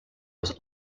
was